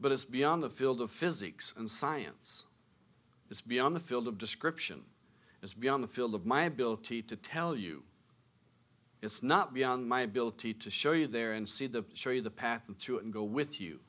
but it's beyond the field of physics and science it's beyond the field of description as be on the field of my ability to tell you it's not beyond my ability to show you there and see the show you the path and through it and go with you